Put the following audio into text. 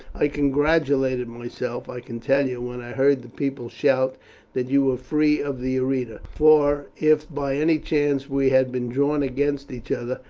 i congratulated myself, i can tell you, when i heard the people shout that you were free of the arena, for if by any chance we had been drawn against each other,